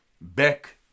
back